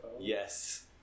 Yes